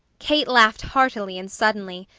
kate laughed heartily and suddenly.